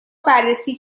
بررسی